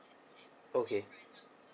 okay